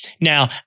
Now